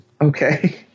Okay